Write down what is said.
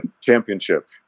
championship